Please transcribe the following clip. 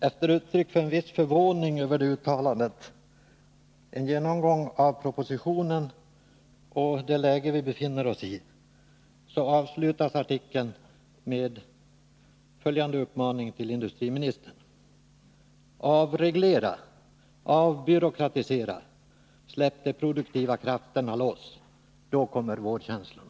Artikeln uttrycker en viss förvåning över det uttalandet, och efter en genomgång av propositionen och det läge vi befinner oss i avslutas artikeln med följande uppmaning till industriministern: ”Avreglera, avbyråkratisera, släpp de produktiva krafterna loss — då kommer vårkänslorna!”